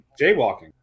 Jaywalking